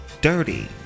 dirty